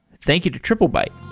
thank you to triplebyte